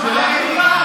מה השאלה?